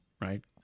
right